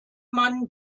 man